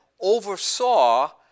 oversaw